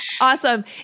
Awesome